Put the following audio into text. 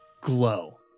glow